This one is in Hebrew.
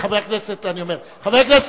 חבר הכנסת אורון,